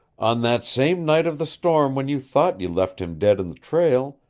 on that same night of the storm when you thought you left him dead in the trail,